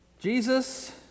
Jesus